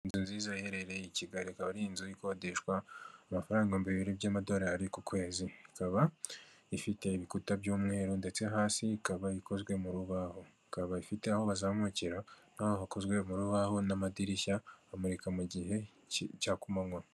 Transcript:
Inzu nziza iherereye i Kigali ikaba ari inzu ikodeshwa amafarangambi ibiro by'amadorari ku kwezi, ikaba ifite ibikuta by'umweru ndetse hasi ikaba ikozwe mu rubaho, ikaba ifite aho bazamukira n'aho bakozwe mu rubaho n'amadirishya hamurika mu gihe cya kumanywa.